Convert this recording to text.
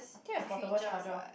can I have portable charger